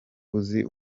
uzi